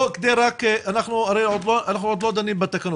אנחנו עוד לא דנים בתקנות,